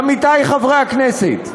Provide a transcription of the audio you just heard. עמיתי חברי הכנסת,